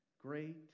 Great